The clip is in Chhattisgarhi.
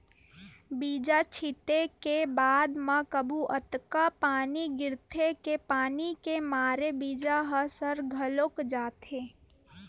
बीजा छिते के बाद म कभू अतका पानी गिरथे के पानी के मारे बीजा ह सर घलोक जाथे